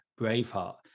braveheart